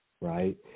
right